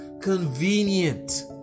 convenient